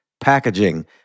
packaging